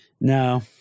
no